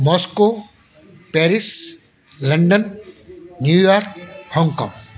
Moscow Paris London New York Hong Kong